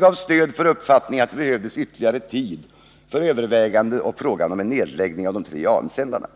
gav stöd för uppfattningen att det behövdes tid för överväganden av frågan om en nedläggning av de tre AM-sändarna.